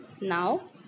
Now